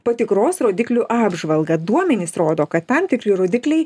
patikros rodiklių apžvalgą duomenys rodo kad tam tikri rodikliai